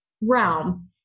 realm